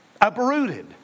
uprooted